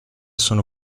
sono